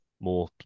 more